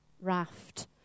raft